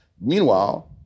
Meanwhile